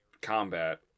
combat